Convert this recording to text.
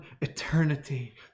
eternity